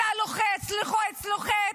אתה לוחץ, לוחץ, לוחץ,